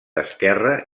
esquerra